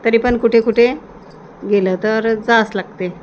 तरी पण कुठे कुठे गेलं तर जावंच लागते